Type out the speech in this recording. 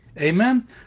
Amen